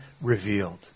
revealed